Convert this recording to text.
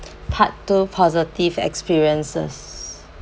part two positive experiences